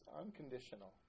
unconditional